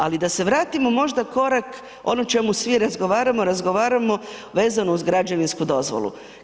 Ali da se vratimo možda korak ono o čemu svi razgovaramo, a razgovaramo vezano uz građevinsku dozvolu.